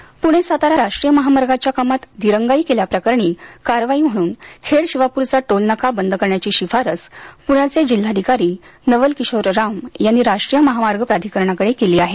कारवाई प्रणे सातारा राष्ट्रीय महामार्गाच्या कामात दिरंगाई केल्याप्रकरणी कारवाई म्हणून खेड शिवापूरचा टोल नाका बंद करण्याची शिफारस पुण्याचे जिल्हाधिकारी नवल किशोर राम यांनी राष्ट्रीय महामार्ग प्राधिकरणाकडे केली आहे